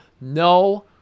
No